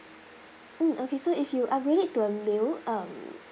mm okay so if you upgrade it to a meal um